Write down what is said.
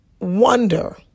wonder